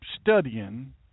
studying